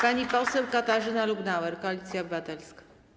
Pani poseł Katarzyna Lubnauer, Koalicja Obywatelska.